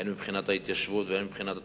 הן מבחינת ההתיישבות והן מבחינת התשתיות.